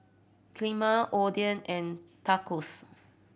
Kheema Oden and Tacos